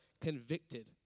convicted